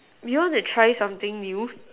we want to try something new